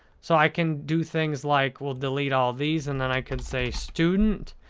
so, i can do things like, we'll delete all of these and then i can say student,